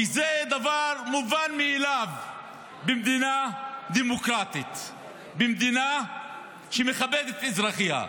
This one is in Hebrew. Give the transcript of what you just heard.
כי זה דבר מובן מאליו במדינה דמוקרטית במדינה שמכבדת את אזרחיה.